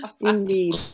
Indeed